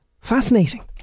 Fascinating